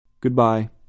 Goodbye